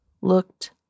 looked